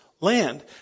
land